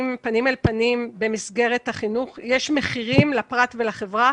פנים אל פנים במסגרת החינוך יש מחירים לפרט ולחברה